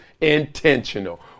intentional